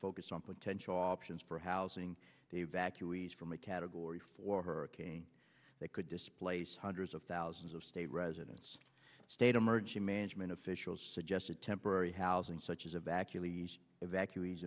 focused on potential options for housing the evacuees from a category four hurricane that could displace hundreds of thousands of state residents state emergency management officials suggested temporary housing such as evacuee